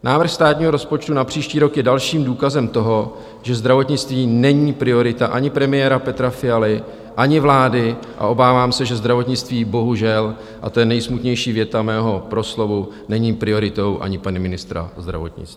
Návrh státního rozpočtu na příští rok je dalším důkazem toho, že zdravotnictví není priorita ani premiéra Petra Fialy, ani vlády a obávám se, že zdravotnictví, bohužel, a to je nejsmutnější věta mého proslovu, není prioritou ani pana ministra zdravotnictví.